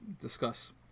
discuss